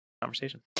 conversation